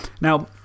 Now